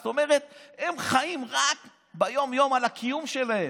זאת אומרת, הם חיים ביום-יום רק על הקיום שלהם.